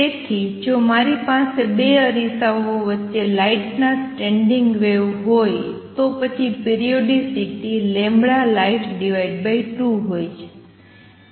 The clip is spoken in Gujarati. તેથી જો મારી પાસે ૨ અરીસાઓ વચ્ચે લાઇટ ના સ્ટેન્ડિંગ વેવ હોય તો પછી પિરિઓડિસિટી light2 હોય છે